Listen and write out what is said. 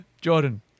Jordan